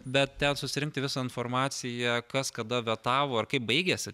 bet ten susirinkti visą informaciją kas kada vetavo ar kaip baigėsi